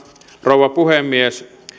rouva puhemies